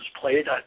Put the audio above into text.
played